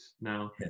Now